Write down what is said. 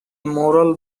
moral